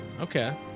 Okay